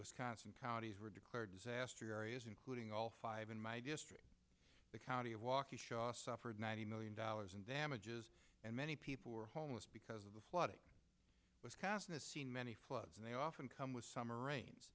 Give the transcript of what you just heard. wisconsin counties were declared disaster areas including all five in my district the county of waukesha suffered ninety million dollars in damages and many people were homeless because of the flooding was causing a scene many floods and they often come with summer rains